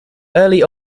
early